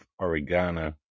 oregano